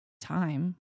time